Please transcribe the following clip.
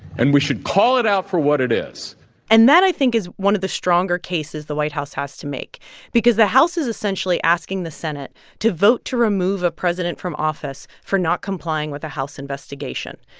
and we should call it out for what it is and that, i think, is one of the stronger cases the white house has to make because the house is essentially asking the senate to vote to remove a president from office for not complying with a house investigation.